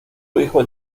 hijos